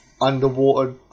underwater